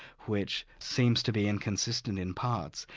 which seems to be inconsistent in parts,